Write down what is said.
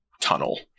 tunnel